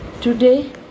Today